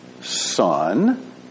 Son